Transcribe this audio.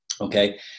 Okay